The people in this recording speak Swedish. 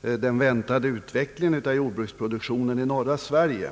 den väntade utvecklingen av jordbruksproduktionen i norra Sverige.